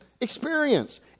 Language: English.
experience